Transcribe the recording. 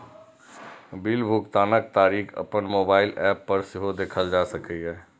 bill भुगतानक तारीख अपन मोबाइल एप पर सेहो देखल जा सकैए